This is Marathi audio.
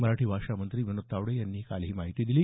मराठी भाषा मंत्री विनोद तावडे यांनी काल ही माहिती दिली